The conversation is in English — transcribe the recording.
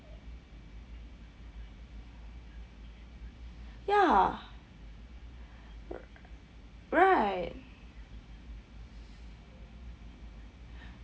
ya right